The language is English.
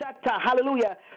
Hallelujah